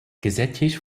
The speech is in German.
gesättigt